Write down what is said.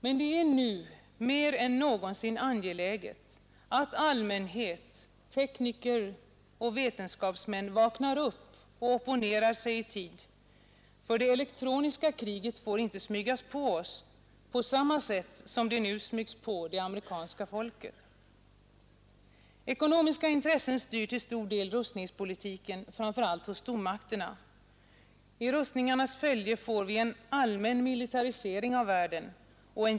Men det är nu mer än någonsin angeläget att allmänhet, tekniker och vetenskapsmän vaknar upp och opponerar sig i tid. Det elektroniska kriget får inte smygas på oss på samma sätt som det nu smygs på det amerikanska folket. Ekonomiska intressen styr till stor del rustningspolitiken, framför allt hos stormakterna. I rustningarnas följe får vi en allmän militarisering av världen.